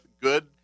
good